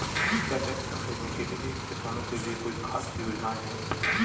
क्या ट्रैक्टर खरीदने के लिए किसानों के लिए कोई ख़ास योजनाएं हैं?